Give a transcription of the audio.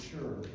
sure